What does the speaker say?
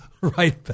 right